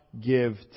give